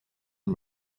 and